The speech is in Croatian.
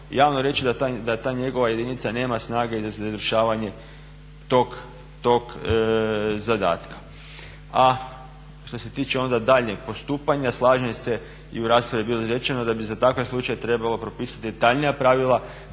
javno reći da ta njegova jedinica nema snage za izvršavanje tog zadatka. A što se tiče onda daljnjeg postupanja, slažem se i u raspravi je bilo izrečeno da bi za takve slučajeve treba propisati detaljnija pravila